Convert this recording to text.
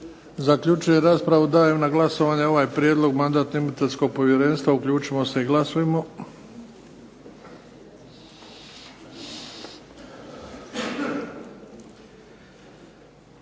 Zaključujem raspravu. Dajem na glasovanje ovaj prijedlog Mandatno-imunitetskog povjerenstva. Uključimo se i glasujmo.